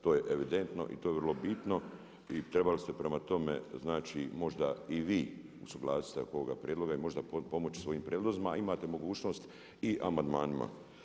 To je evidentno i to je vrlo bitno i trebali ste prema tome znači možda i vi usuglasiti se oko ovoga prijedloga i možda potpomoći svojim prijedlozima, a imate mogućnost i amandmanima.